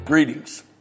Greetings